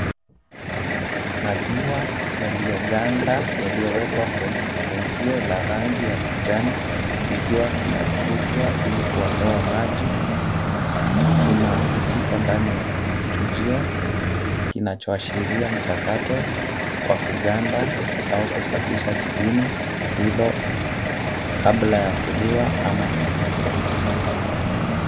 Maziwa yaliyoganda yaliyowekwa kwenye chungio la rangi la kijani, likiwa kinachujwa, ili kuondoa maji, kuna kijiko ndani ya kichujio kinachoashiria mchakato wa kuganda au kusafisha jibini hilo kabla ya kuliwa ama kupikwa.